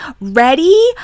ready